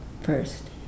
first